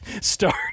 start